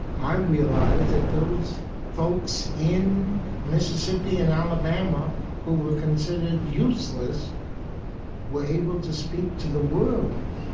i realize that those folks in mississippi and alabama who were considered useless were able to speak to the world.